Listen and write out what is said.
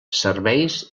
serveis